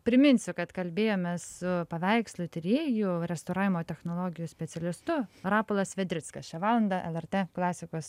priminsiu kad kalbėjomės su paveikslų tyrėju restauravimo technologijų specialistu rapolas vedrickas šią valandą lrt klasikos